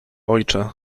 ojcze